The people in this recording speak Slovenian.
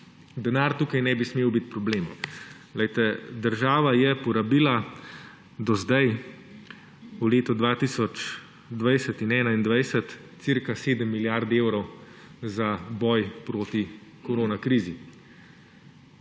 Denar tukaj ne bi smel biti problem. Država je porabila do zdaj, v letu 2020 in 2021, okoli 7 milijard evrov za boj proti korona krizi